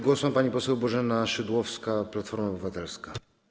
Głos ma pani poseł Bożena Szydłowska, Platforma Obywatelska.